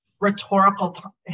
rhetorical